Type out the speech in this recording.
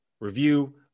review